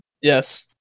yes